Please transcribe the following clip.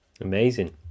Amazing